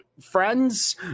friends